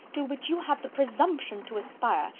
to which you have the presumption to aspire,